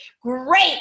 great